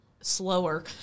slower